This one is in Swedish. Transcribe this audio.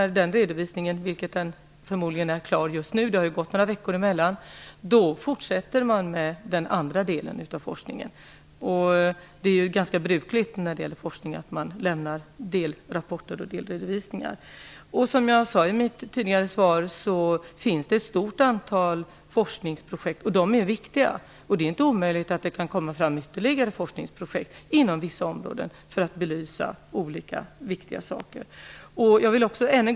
Den redovisningen är förmodligen klar nu. Det har gått några veckor sedan artikeln var införd i tidningen. Efter redovisningen avser man att fortsätta med den andra delen av forskningen. När det gäller forskning är det ganska brukligt att man lämnar delrapporter och delredovisningar. Som jag sade i mitt svar finns det ett stort antal forskningsprojekt, och de är viktiga. Det är inte omöjligt att det kan bli flera forskningsprojekt inom vissa områden för att belysa viktiga frågor.